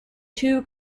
two